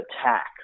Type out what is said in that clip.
attack